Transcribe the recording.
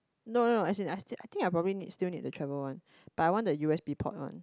no no as in I still I still probably need still need the travel one but I want the u_s_b port one